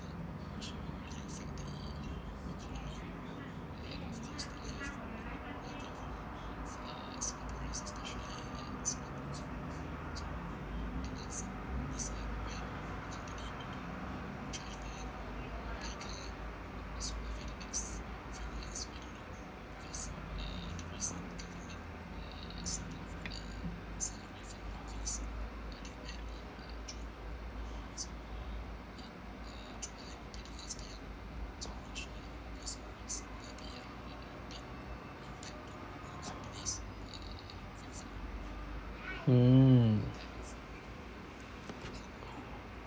mm